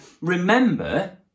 remember